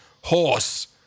Horse